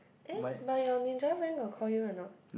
eh but your Ninja Van got call you a not